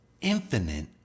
infinite